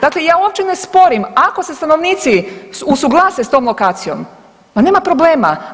Dakle, ja uopće ne sporim, ako se stanovnici usuglase sa tom lokacijom pa nema problema.